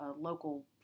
local